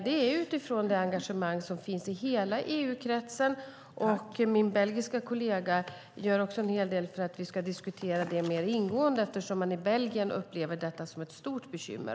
Det är utifrån det engagemang som finns i hela EU-kretsen. Min belgiska kollega gör också en hel del för att vi ska diskutera det mer ingående, eftersom man också i Belgien upplever detta som ett stort bekymmer.